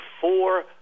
four